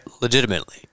legitimately